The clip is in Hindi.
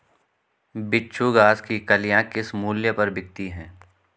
बिच्छू घास की कलियां किस मूल्य पर बिकती हैं?